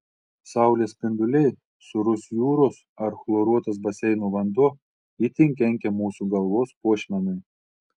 saulės spinduliai sūrus jūros ar chloruotas baseino vanduo itin kenkia mūsų galvos puošmenai